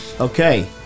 Okay